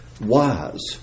wise